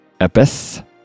Epis